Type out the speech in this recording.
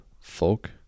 folk